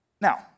Now